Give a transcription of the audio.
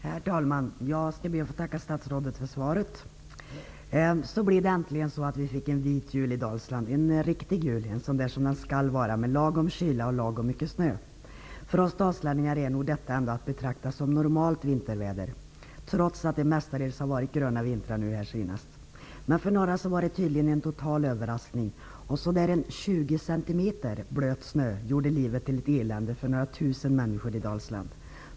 Herr talman! Jag skall be att få tacka statsrådet för svaret. Så fick vi äntligen en vit jul i Dalsland. Det var en riktig jul, så som den skall vara med lagom kyla och lagom mycket snö. För oss dalslänningar är nog detta ändå att betrakta som normalt vinterväder, trots att de senaste vintrarna mestadels har varit gröna. För några kom tydligen vintern som en total överraskning. Ungefär 20 cm blöt snö gjorde livet till ett elände för några tusen människor i Dalsland.